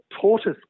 Tortoise